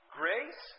grace